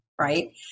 right